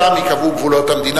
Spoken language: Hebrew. שם ייקבעו גבולות המדינה.